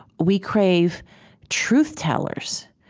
we crave truth tellers.